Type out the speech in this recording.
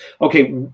okay